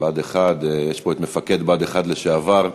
בה"ד 1. יש פה מפקד בה"ד 1 לשעבר,